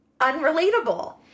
unrelatable